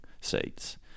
seats